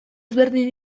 ezberdin